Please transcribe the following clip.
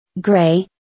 Gray